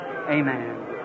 Amen